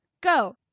Go